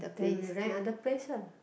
then we rent other place ah